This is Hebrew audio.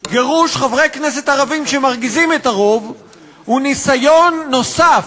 גירוש חברי כנסת ערבים שמרגיזים את הרוב הוא ניסיון נוסף,